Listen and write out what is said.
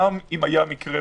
גם אם היה מקרה,